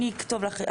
אני אכתוב לך,